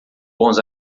bons